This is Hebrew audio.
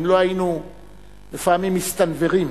אם לא היינו לפעמים מסתנוורים.